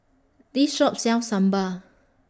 This Shop sells Sambar